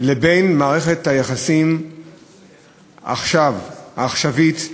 למערכת היחסים עכשיו, העכשווית,